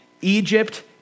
Egypt